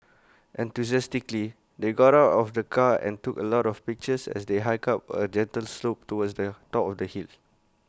enthusiastically they got out of the car and took A lot of pictures as they hiked up A gentle slope towards the top of the hill